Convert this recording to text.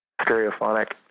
Stereophonic